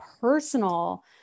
personal